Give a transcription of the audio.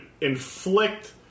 inflict